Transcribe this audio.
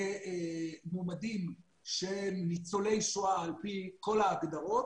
למועמדים שהם ניצולי שואה על פי כל ההגדרות.